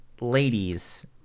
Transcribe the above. ladies